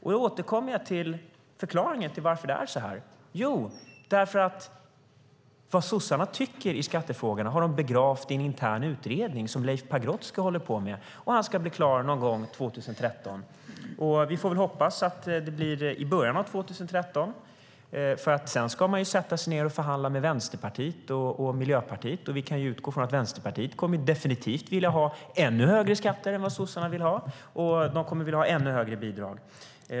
Jag återkommer till förklaringen varför det är så. Vad sossarna tycker i skattefrågorna har de begravt i en intern utredning som Leif Pagrotsky håller på med, och han ska bli klar någon gång 2013. Vi får väl hoppas att det blir i början av 2013, för sedan ska man ju förhandla med Vänsterpartiet och Miljöpartiet, och vi kan utgå från att Vänsterpartiet kommer att vilja ha ännu högre skatter än sossarna vill ha, och de kommer att vilja ha ännu högre bidrag.